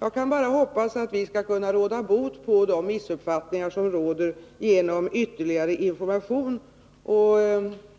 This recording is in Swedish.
Jag kan bara hoppas att vi skall kunna råda bot mot de missuppfattningar som föreligger genom ytterligare information.